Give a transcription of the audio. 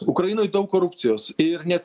ukrainoj daug korupcijos ir net